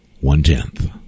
One-tenth